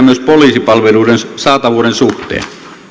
myös poliisipalveluiden saatavuuden suhteen